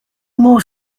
more